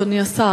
אדוני השר,